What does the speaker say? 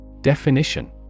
Definition